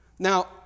Now